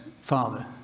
father